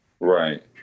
Right